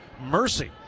Mercy